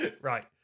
Right